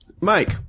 Mike